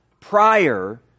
Prior